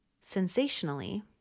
sensationally